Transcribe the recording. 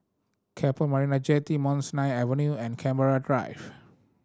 Keppel Marina Jetty Mount Sinai Avenue and Canberra Drive